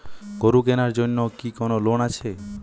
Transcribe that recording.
গরু কেনার জন্য কি কোন লোন আছে?